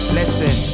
listen